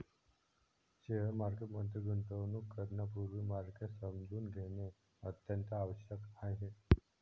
share market मध्ये गुंतवणूक करण्यापूर्वी मार्केट समजून घेणे अत्यंत आवश्यक आहे